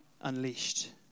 unleashed